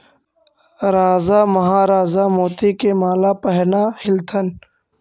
राजा महाराजा मोती के माला पहनऽ ह्ल्थिन